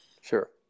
Sure